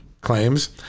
claims